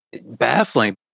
baffling